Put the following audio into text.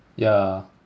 yeah